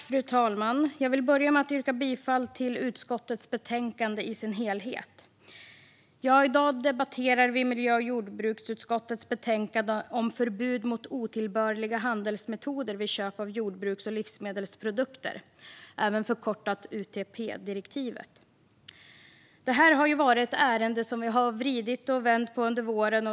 Fru talman! Jag vill börja med att yrka bifall till utskottets förslag i betänkandet i dess helhet. I dag debatterar vi miljö och jordbruksutskottets betänkande om förbud mot otillbörliga handelsmetoder vid köp av jordbruks och livsmedelsprodukter, även förkortat UTP-direktivet. Det är ett ärende som vi har vridit och vänt på under våren.